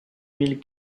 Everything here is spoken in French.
mille